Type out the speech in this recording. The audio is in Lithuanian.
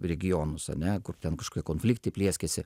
regionus ane ten kažkokie konfliktai plieskiasi